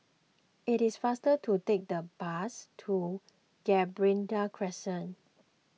it is faster to take the bus to Gibraltar Crescent